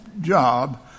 job